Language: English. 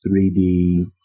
3D